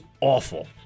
awful